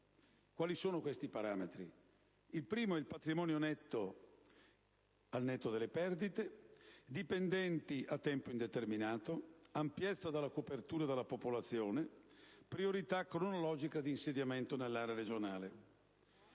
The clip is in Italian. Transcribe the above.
base di quattro parametri: patrimonio al netto delle perdite; dipendenti a tempo indeterminato; ampiezza della copertura della popolazione; priorità cronologica d'insediamento nell'area regionale.